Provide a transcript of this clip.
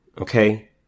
Okay